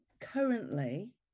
currently